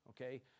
okay